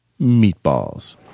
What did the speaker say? Meatballs